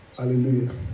Hallelujah